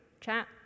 chat